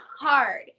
hard